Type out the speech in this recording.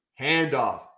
handoff